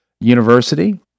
University